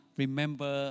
remember